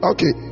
Okay